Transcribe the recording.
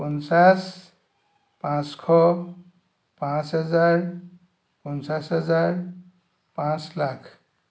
পঞ্চাছ পাঁচশ পাঁচ হেজাৰ পঞ্চাছ হেজাৰ পাঁচ লাখ